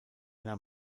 nahm